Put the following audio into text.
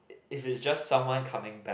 if you just someone coming back